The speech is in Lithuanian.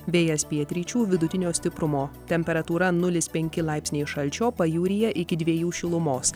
vėjas pietryčių vidutinio stiprumo temperatūra nulis penki laipsniai šalčio pajūryje iki dviejų šilumos